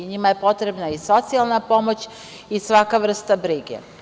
Njima je potrebna i socijalna pomoć i svaka vrsta brige.